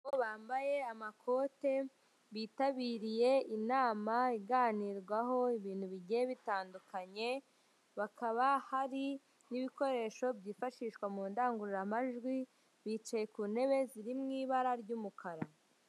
Abagore bambaye amakote bitabiriye inama iganirwaho ibintu bigiye bitandukanye, bakaba hari n'ibikoresho byifashishwa mu ndangururamajwi bicaye ku ntebe ziri mu ibara ry'umukara.